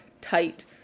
tight